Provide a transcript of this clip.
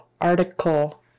Article